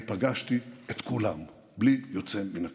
אני פגשתי את כולם בלי יוצא מן הכלל.